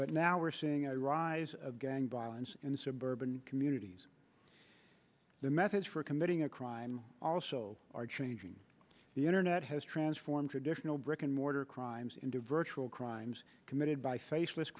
but now we're seeing a rise of gang violence in suburban communities the methods for committing a crime also are changing the internet has transformed traditional brick and mortar crimes into virtual crimes committed by faceless